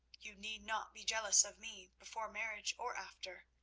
you need not be jealous of me, before marriage or after.